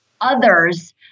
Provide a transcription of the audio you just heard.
others